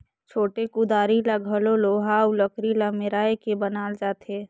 छोटे कुदारी ल घलो लोहा अउ लकरी ल मेराए के बनाल जाथे